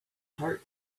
heart